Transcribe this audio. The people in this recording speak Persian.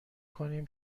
کنیم